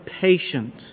patient